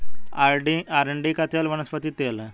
अरंडी का तेल वनस्पति तेल है